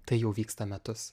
tai jau vyksta metus